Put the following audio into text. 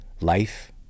life